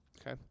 Okay